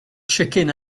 chicken